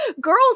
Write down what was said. Girls